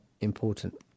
important